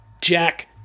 Jack